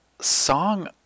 song